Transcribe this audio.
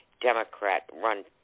Democrat-run